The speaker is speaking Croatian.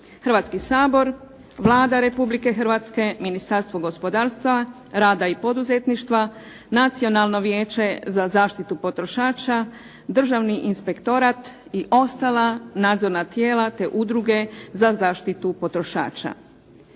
Hrvatski sabor, Vlada Republike Hrvatske, Ministarstvo gospodarstva, rada i poduzetništva, Nacionalno vijeće za zaštitu potrošača, Državni inspektorat, te ostala nadzorna tijela te udruge za zaštitu potrošača.